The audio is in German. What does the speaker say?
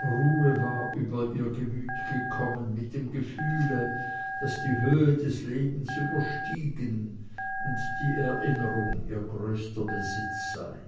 ruhe war über ihr gemüt gekommen mit dem gefühle daß die höhe des lebens überstiegen und die erinnerung ihr größter besitz sei